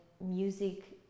music